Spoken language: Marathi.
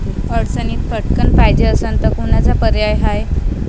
अडचणीत पटकण पायजे असन तर कोनचा पर्याय हाय?